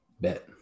Bet